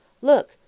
Look